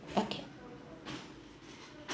okay